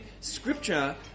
scripture